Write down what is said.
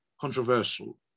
controversial